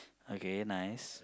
okay nice